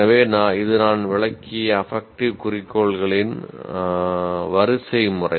எனவே இது நான் விளக்கிய அபக்ட்டிவ் குறிக்கோள்களின் வரிசைமுறை